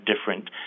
different